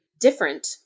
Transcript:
different